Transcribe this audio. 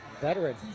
Veteran